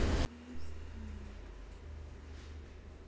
गरमी अउ बरसा के दिन म बड़का बड़का चूंदी रइही त भेड़िया ल नुकसानी करथे